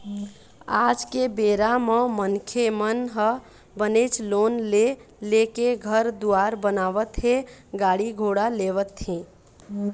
आज के बेरा म मनखे मन ह बनेच लोन ले लेके घर दुवार बनावत हे गाड़ी घोड़ा लेवत हें